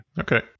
okay